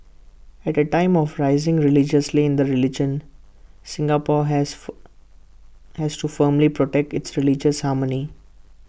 at A time of rising religiosity in the religion Singapore has fur has to firmly protect its religious harmony